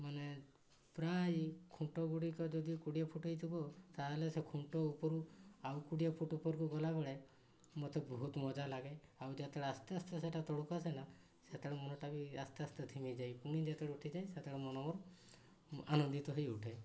ମାନେ ପ୍ରାୟ ଖୁଣ୍ଟଗୁଡ଼ିକ ଯଦି କୋଡ଼ିଏ ଫୁଟ୍ ହେଇଥିବ ତାହେଲେ ସେ ଖୁଣ୍ଟ ଉପରୁ ଆଉ କୋଡ଼ିଏ ଫୁଟ୍ ଉପରକୁ ଗଲାବେଳେ ମୋତେ ବହୁତ ମଜା ଲାଗେ ଆଉ ଯେତେବେଳେ ଆସ୍ତେ ଆସ୍ତେ ସେଟା ତଳକୁ ଆସେନା ସେତେବେଳେ ମନଟା ବି ଆସ୍ତେ ଆସ୍ତେ ଥିମେଇ ଯାଏ ପୁଣି ଯେତେବେଳେ ଉଠିଯାଏ ସେତେବେଳେ ମନ ମୋର ଆନନ୍ଦିତ ହେଇ ଉଠେ